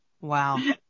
Wow